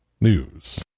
News